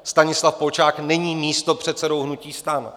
Stanislav Polčák není místopředsedou hnutí STAN.